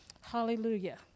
Hallelujah